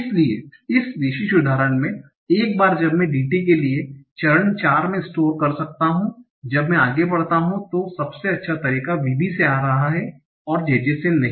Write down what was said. इसलिए इस विशेष उदाहरण में एक बार जब मैं DT के लिए चरण 4 में स्टोर कर सकता हूं जब मैं आगे बढ़ता हूं तो सबसे अच्छा तरीका VB से आ रहा है और JJ से नहीं